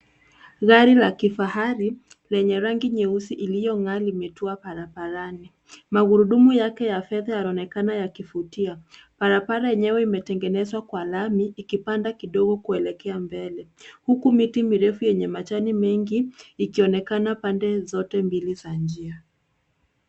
Gari la kifahari lenye rangi ya manjano na nyeusi linalong’ara mitaa ya mtaa. Magurudumu yake ya fezi yanaonekana ya kuvutia. Mtaa huo umepakwa lami, ukiinuka kidogo kuelekea mbele. Huku, miti mirefu yenye majani mengi inaonekana pande zote, ikipamba mazingira kwa uzuri.